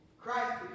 Christ